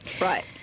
Right